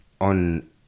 on